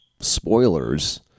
spoilers